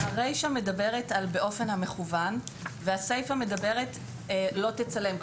הרישא מדברת על באופן המכוון והסיפא מדברת על לא תצלם.